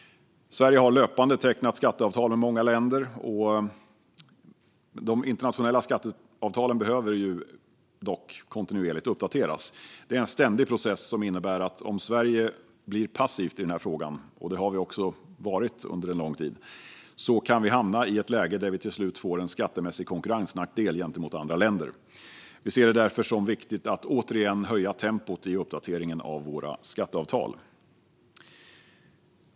Sverige har löpande tecknat skatteavtal med många länder, och de internationella skatteavtalen behöver kontinuerligt uppdateras. Det är en ständig process, vilket innebär att om Sverige blir passivt i den här frågan - och det har vi också varit under lång tid - kan vi hamna i ett läge där vi till slut får en skattemässig konkurrensnackdel gentemot andra länder. Vi ser det därför som viktigt att återigen höja tempot i uppdateringen av våra skatteavtal.